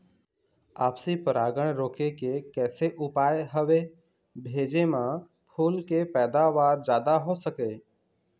आपसी परागण रोके के कैसे उपाय हवे भेजे मा फूल के पैदावार जादा हों सके?